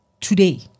today